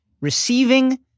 Receiving